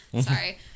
sorry